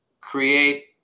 create